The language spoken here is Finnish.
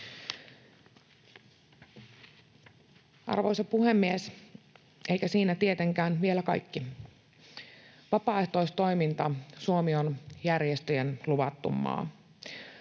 Arvoisa puhemies! Eikä siinä tietenkään vielä kaikki. Suomi on järjestöjen luvattu maa,